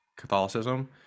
Catholicism